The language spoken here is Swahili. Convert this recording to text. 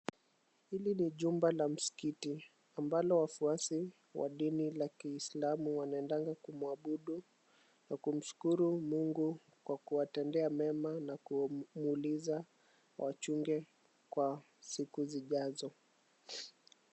Hili ni jumba la msikiti, ambalo wafuasi wa dini la Kiislamu wanaendanga kumuabudu na kumshukuru Mungu kwa kuwatendea mema na kumuuliza awachunge kwa siku zijazo.